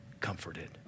comforted